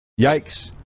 Yikes